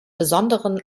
besonderen